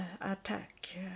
attack